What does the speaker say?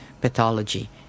pathology